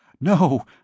No